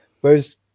whereas